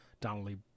Donnelly